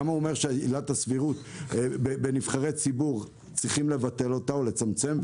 למה הוא אומר שצריכים לבטל את עילת הסבירות בנבחרי ציבור או לצמצם?